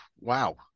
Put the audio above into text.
wow